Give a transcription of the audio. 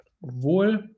wohl